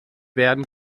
werden